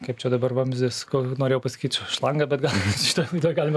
kaip čia dabar vamzdis ko norėjau pasakyt čia šlanga bet gal šitoj laidoj galima